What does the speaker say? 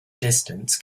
distance